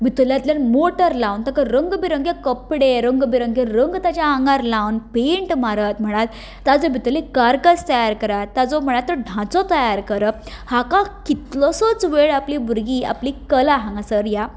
भितूतातल्यान motor लावन ताका रंग बिरंगे कपडे रंग बिरंगे रंग ताच्या आंगार लावन पेंट मारत म्हळ्यार ताचे भितरले कार्कल्स तयार करात ताचो म्हळ्यार तो ढांचो तयार करप हाका कितलोसोच वेळ आपली भुरगीं आपली कला हांगासर ह्या